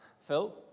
Phil